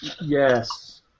Yes